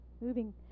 moving